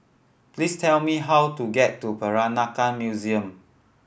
please tell me how to get to Peranakan Museum